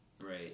Right